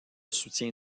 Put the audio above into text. soutien